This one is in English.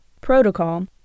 Protocol